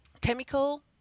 chemical